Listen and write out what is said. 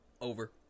Over